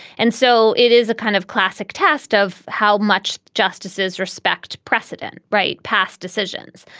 and so it is a kind of classic test of how much justices respect precedent right past decisions.